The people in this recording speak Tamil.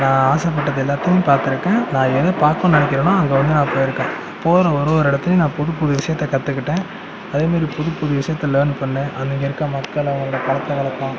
நான் ஆசைப்பட்டது எல்லாத்தையும் பார்த்துருக்கேன் நான் எதைப் பார்க்கணு நினைக்கிறனோ அங்கே வந்து நான் போயி இருக்கேன் போன ஒரு ஒரு இடத்துலயும் நான் புது புது விஷயத்தை கற்றுக்கிட்டேன் அதேமாதிரி புது புது விஷயத்தை லேர்ன் பண்ணேன் அங்கே இங்கே இருக்க மக்களை அவங்க பழக்க வழக்கம்